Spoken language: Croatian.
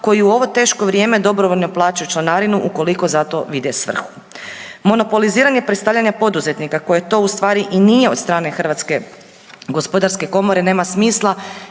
koji u ovo teško vrijeme dobrovoljno plaćaju članarinu ukoliko za to vide svrhu. Monopoliziranje predstavljanja poduzetnika koje to u stvari i nije od strane HGK nema smisla